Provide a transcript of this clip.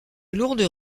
lourdes